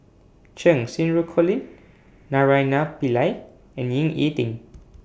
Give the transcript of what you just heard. Cheng Xinru Colin Naraina Pillai and Ying E Ding